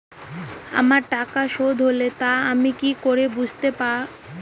আমার টাকা শোধ হলে তা আমি কি করে বুঝতে পা?